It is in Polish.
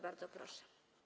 Bardzo proszę.